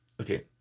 Okay